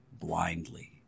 blindly